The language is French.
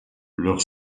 leur